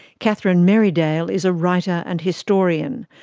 catherine merridale is a writer and historian.